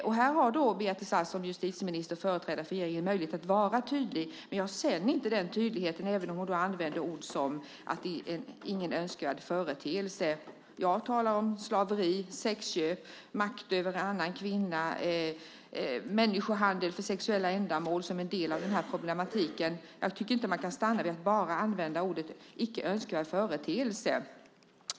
Beatrice Ask har som justitieminister och företrädare för regeringen möjlighet att vara tydlig, men jag känner inte den tydligheten även om hon använder ord som att det inte är någon önskvärd företeelse. Jag talar om slaveri, sexköp, makt över en kvinna och människohandel för sexuella ändamål som en del av den här problematiken. Jag tycker inte att man kan stanna vid att bara använda orden icke önskvärd företeelse.